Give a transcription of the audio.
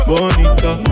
Bonita